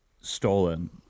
Stolen